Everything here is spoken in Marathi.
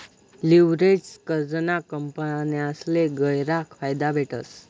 लिव्हरेज्ड कर्जना कंपन्यासले गयरा फायदा भेटस